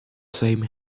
same